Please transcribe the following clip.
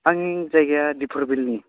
आंनि जायगाया दिपर बिलनि